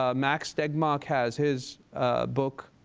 ah max tegmark has his book,